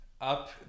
up